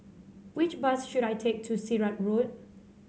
which bus should I take to Sirat Road